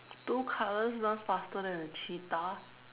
two colors run faster than a cheetah